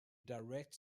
direct